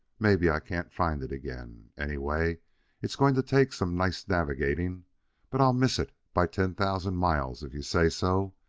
maybe i can't find it again, anyway it's going to take some nice navigating but i'll miss it by ten thousand miles if you say so,